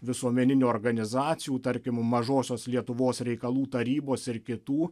visuomeninių organizacijų tarkim mažosios lietuvos reikalų tarybos ir kitų